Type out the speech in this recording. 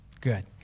Good